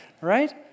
right